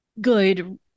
good